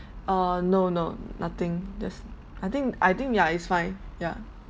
uh no no nothing there's I think I think ya it's fine yeah